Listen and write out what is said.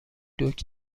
دوگ